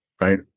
right